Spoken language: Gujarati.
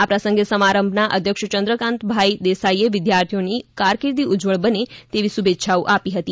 આ પ્રસંગે સમારંભના અધ્યક્ષ ચંદ્રકાન્તભાઇ દેસાઇએ વિદ્યાર્તીઓની કારકીર્દિ ઉજ્જવળ બને તેવી શુભેચ્છાઓ આપી હતી